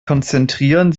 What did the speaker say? konzentrieren